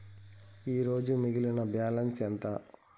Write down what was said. ఈరోజు మిగిలిన బ్యాలెన్స్ ఎంత?